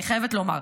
אני חייבת לומר.